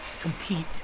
compete